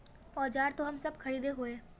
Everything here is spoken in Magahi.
औजार तो हम सब खरीदे हीये?